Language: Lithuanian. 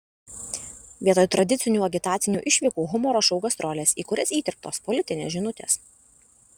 vietoj tradicinių agitacinių išvykų humoro šou gastrolės į kurias įterptos politinės žinutės